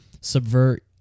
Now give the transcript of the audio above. subvert